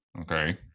Okay